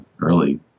early